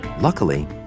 Luckily